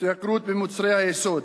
התייקרות מוצרי יסוד,